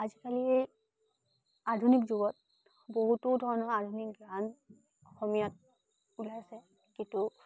আজিকালি আধুনিক যুগত বহুতো ধৰণৰ আধুনিক গান অসমীয়াত ওলাইছে কিন্তু